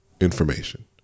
information